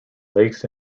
lakes